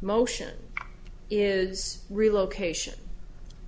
motion is relocation